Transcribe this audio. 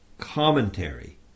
commentary